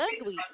ugly